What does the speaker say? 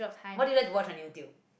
what do you like to watch on YouTube